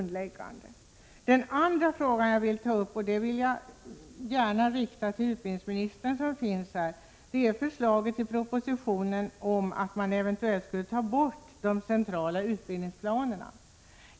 Den andra frågan som jag vill ta upp — jag vänder mig då till utbildningsministern, som finns här i kammaren — gäller förslaget i propositionen om att man eventuellt skulle ta bort de centrala utbildningsplanerna.